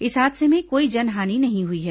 इस हादसे में कोई जनहानि नहीं हुई है